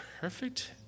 perfect